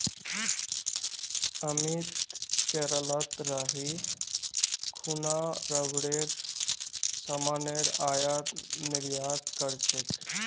अमित केरलत रही खूना रबरेर सामानेर आयात निर्यात कर छेक